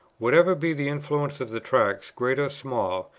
whatever be the influence of the tracts, great or small,